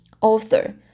author